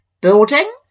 building